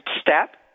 step